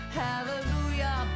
hallelujah